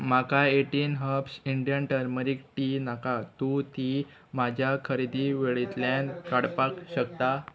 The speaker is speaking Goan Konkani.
म्हाका eighteen herbs Indian turmeric tea नाका तूं ती म्हाज्या खरेदी वेळेंतल्यान काडपाक शकता